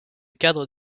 cadre